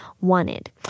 wanted